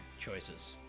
choices